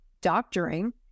doctoring